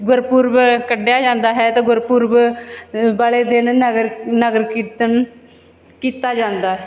ਗੁਰਪੁਰਬ ਕੱਢਿਆ ਜਾਂਦਾ ਹੈ ਤਾਂ ਗੁਰਪੁਰਬ ਵਾਲੇ ਦਿਨ ਨਗਰ ਨਗਰ ਕੀਰਤਨ ਕੀਤਾ ਜਾਂਦਾ